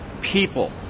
people